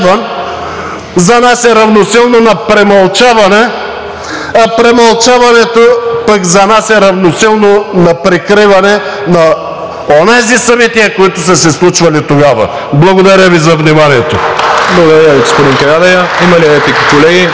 за нас е равносилно на премълчаване, а премълчаването пък за нас е равносилно на прикриване на онези събития, които са се случвали тогава. Благодаря Ви за вниманието. (Ръкопляскания от ДПС. Частични